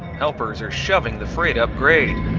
helpers are shoving the freight up grade.